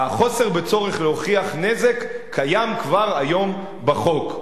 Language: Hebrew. החוסר בצורך להוכיח נזק קיים כבר היום בחוק.